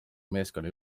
meeskonna